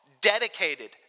dedicated